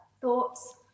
thoughts